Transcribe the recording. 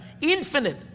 Infinite